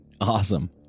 awesome